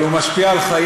חברים בצד